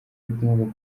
rikomoka